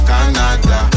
Canada